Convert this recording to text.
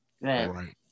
Right